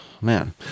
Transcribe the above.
man